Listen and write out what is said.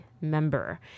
member